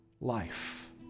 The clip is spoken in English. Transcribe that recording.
life